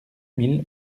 mille